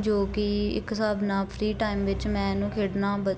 ਜੋ ਕਿ ਇੱਕ ਹਿਸਾਬ ਨਾਲ ਫਰੀ ਟਾਈਮ ਵਿੱਚ ਮੈਂ ਇਹਨੂੰ ਖੇਡਣਾ